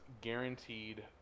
guaranteed